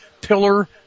pillar